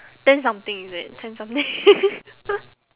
ten something is it ten something